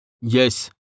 Yes